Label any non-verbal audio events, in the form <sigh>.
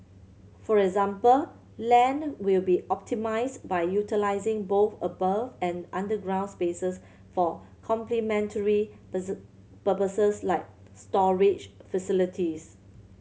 for example land will be optimised by utilising both above and underground spaces for complementary <unintelligible> purposes like storage facilities